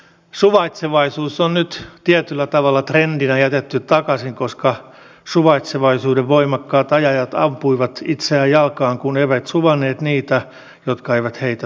suvaitsevaisuus on nyt tietyllä tavalla trendinä jätetty taakse koska suvaitsevaisuuden voimakkaat ajajat ampuivat itseään jalkaan kun eivät suvainneet niitä jotka eivät heitä suvainneet